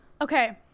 Okay